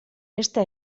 ezta